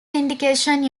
syndication